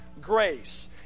grace